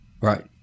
Right